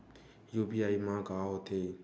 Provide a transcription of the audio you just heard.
UPI मा का होथे?